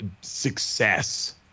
success